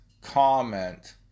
comment